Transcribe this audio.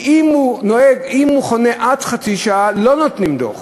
שאם הוא חונה עד חצי שעה לא נותנים דוח